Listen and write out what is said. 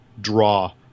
draw